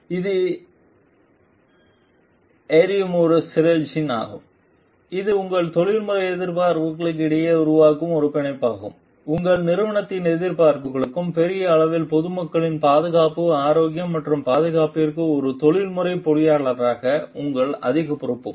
இது எரியும் ஒரு சினெர்ஜி ஆகும் இது உங்கள் தொழில்முறை எதிர்பார்ப்புகளுக்கு இடையில் உருவாகும் ஒரு பிணைப்பாகும் உங்கள் நிறுவனத்தின் எதிர்பார்ப்புகளுக்கும் பெரிய அளவில் பொதுமக்களின் பாதுகாப்பு ஆரோக்கியம் மற்றும் பாதுகாப்பிற்கு ஒரு தொழில்முறை பொறியாளராக உங்கள் அதிக பொறுப்பும்